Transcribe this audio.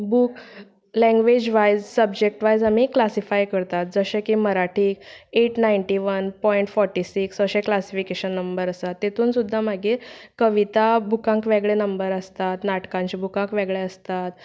book language wise subject wise आमी classify करतात जशे की Marathi eight ninety one point forty six अशे क्लासिफिकेशन नंबर आसा तातूंत सुद्दा मागी कविता बुकांक वेगळे नंबर आसतात नाटकांच्या बुकांक वेगळे आसतात